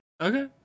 Okay